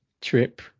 trip